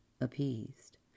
appeased